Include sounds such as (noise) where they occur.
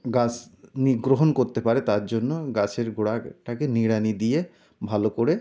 গাছ (unintelligible) গ্রহণ করতে পারে তার জন্য গাছের গোড়াটাকে নিড়ানি দিয়ে ভালো করে